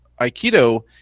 Aikido